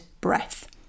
breath